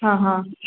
ಹಾಂ ಹಾಂ